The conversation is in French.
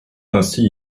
ainsi